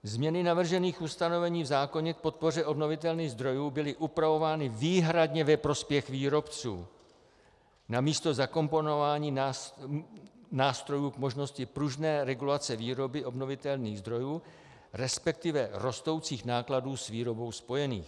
Změny navržených ustanovení v zákoně k podpoře obnovitelných zdrojů byly upravovány výhradně ve prospěch výrobců namísto zakomponování nástrojů k možnosti pružné regulace výroby obnovitelných zdrojů, respektive rostoucích nákladů s výrobou spojených;